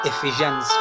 Ephesians